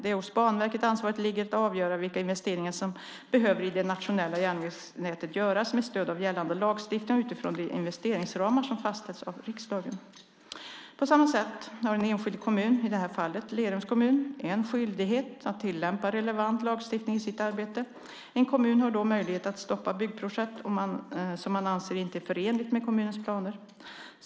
Det är hos Banverket ansvaret ligger att avgöra vilka investeringar som behöver göras i det nationella järnvägsnätet med stöd av gällande lagstiftning och utifrån de investeringsramar som fastställs av riksdagen. På samma sätt har en enskild kommun, i det här fallet Lerums kommun, en skyldighet att tillämpa relevant lagstiftning i sitt arbete. En kommun har då möjlighet att stoppa byggprojekt som man anser inte är förenligt med kommunens planer.